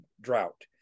drought